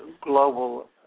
Global